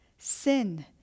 Sin